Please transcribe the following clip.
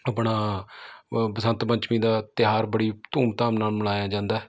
ਆਪਣਾ ਬਸੰਤ ਪੰਚਮੀ ਦਾ ਤਿਉਹਾਰ ਬੜੀ ਧੂਮ ਧਾਮ ਨਾਲ ਮਨਾਇਆ ਜਾਂਦਾ